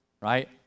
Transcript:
right